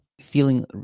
feeling